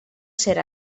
ser